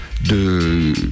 de